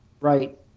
Right